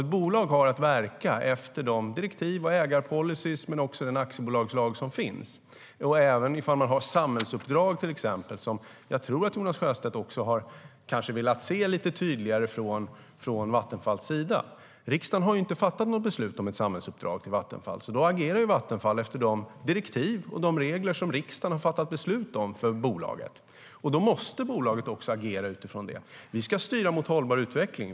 Ett bolag har att verka efter de direktiv, den ägarpolicy och den aktiebolagslag som finns även om man till exempel har samhällsuppdrag, som jag tror att Jonas Sjöstedt kanske har velat se lite tydligare från Vattenfalls sida. Riksdagen har inte fattat något beslut om ett samhällsuppdrag till Vattenfall. Då agerar Vattenfall efter de direktiv och de regler som riksdagen har fattat beslut om för bolaget. Då måste bolaget också agera utifrån det. Vi ska styra mot hållbar utveckling.